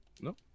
No